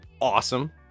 awesome